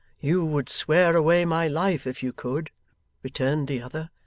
you would swear away my life if you could returned the other,